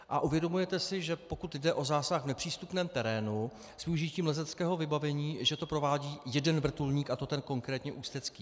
A uvědomujete si, že pokud jde o zásah v nepřístupném terénu s využitím lezeckého vybavení, že to provádí jeden vrtulník, a to ten konkrétní ústecký?